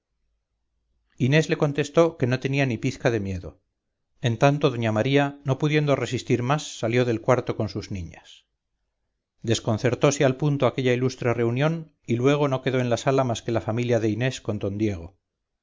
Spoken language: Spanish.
inés le contestó que no tenía ni pizca de miedo en tanto doña maría no pudiendo resistir más salió del cuarto con sus niñas desconcertose al punto aquella ilustre reunión y luego no quedó en la sala más que la familia de inés con d diego